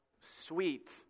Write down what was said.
sweet